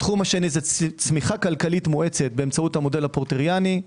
התחום השני זה צמיחה כלכלית מואצת באמצעות המודל הפורטריאני.